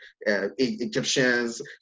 egyptians